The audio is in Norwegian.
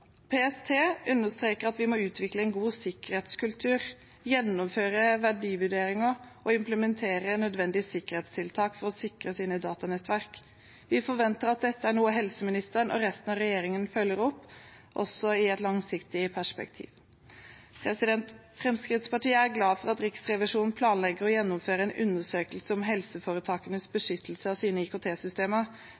PST understreker at vi må utvikle en god sikkerhetskultur, gjennomføre verdivurderinger og implementere nødvendige sikkerhetstiltak for å sikre våre datanettverk. Vi forventer at dette er noe helseministeren og resten av regjeringen følger opp, også i et langsiktig perspektiv. Fremskrittspartiet er glad for at Riksrevisjonen planlegger å gjennomføre en undersøkelse om helseforetakenes